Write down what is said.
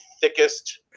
thickest